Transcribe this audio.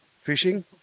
fishing